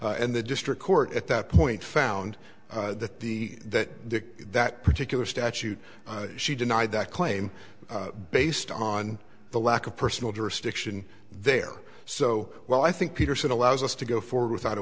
and the district court at that point found that the that the that particular statute she denied that claim based on the lack of personal jurisdiction there so well i think peterson allows us to go forward without a